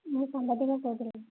ମୁଁ ସାମ୍ବାଦିକ କହୁଛି